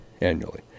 annually